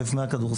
אלף מאה כדורסל,